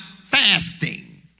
fasting